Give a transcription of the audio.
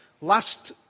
Last